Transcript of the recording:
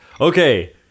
Okay